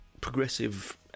progressive